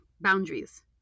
boundaries